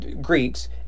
Greeks